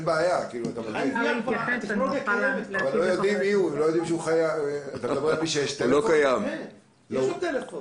לא יודעים מיהו --- יש לו טלפון?